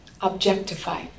objectify